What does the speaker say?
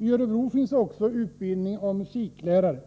I Örebro finns också utbildning av musiklärare.